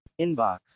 inbox